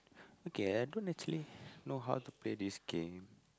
okay I don't actually know how to play this game